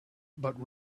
but